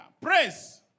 Praise